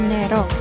Nero